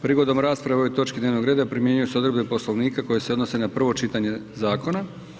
Prigodom rasprave o ovoj točki dnevnog reda primjenjuju se odredbe Poslovnika koje se odnose na prvo čitanje zakona.